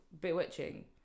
bewitching